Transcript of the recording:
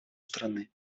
страны